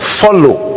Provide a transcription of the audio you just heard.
follow